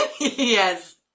Yes